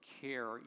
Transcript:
care